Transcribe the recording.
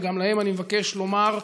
וגם להם אני מבקש לומר: